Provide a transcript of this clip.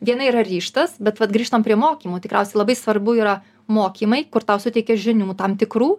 viena yra ryžtas bet vat grįžtam prie mokymų tikriausiai labai svarbu yra mokymai kur tau suteikia žinių tam tikrų